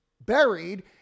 buried